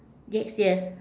legs yes